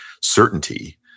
certainty